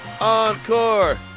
Encore